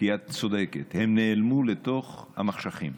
כי את צודקת, הם נעלמו לתוך המחשכים.